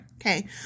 Okay